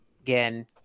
again